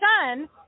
son